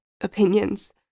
opinions